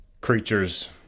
creatures